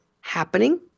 happening